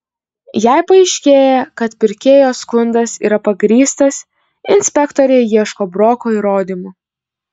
jei paaiškėja kad pirkėjo skundas yra pagrįstas inspektoriai ieško broko įrodymų